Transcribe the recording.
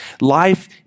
Life